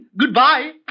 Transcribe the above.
Goodbye